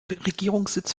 regierungssitz